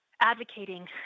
advocating